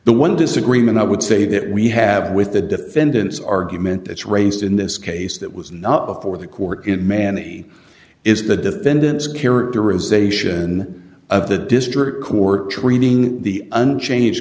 the one disagreement i would say that we have with the defendant's argument that's raised in this case that was not before the court in manny is the defendant's characterization of the district court treating the unchanged